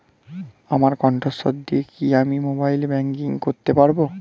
আমার কন্ঠস্বর দিয়ে কি আমি মোবাইলে ব্যাংকিং করতে পারবো?